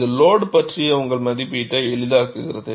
இது லோடு பற்றிய உங்கள் மதிப்பீட்டை எளிதாக்குகிறது